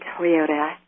Toyota